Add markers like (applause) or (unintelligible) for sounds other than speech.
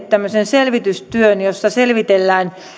(unintelligible) tämmöisen selvitystyön jossa selvitellään